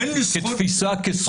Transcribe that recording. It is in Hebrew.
אין לי זכות --- כתפיסה,